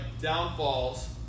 downfalls